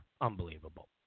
Unbelievable